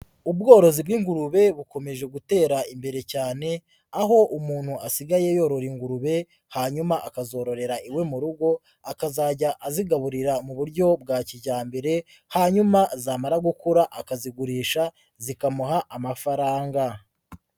Ubworozi bw'ingurube bukomeje gutera imbere cyane, aho umuntu asigaye yorora ingurube hanyuma akazororera iwe mu rugo akazajya azigaburira mu buryo bwa kijyambere, hanyuma zamara gukura akazigurisha zikamuha amafaranga.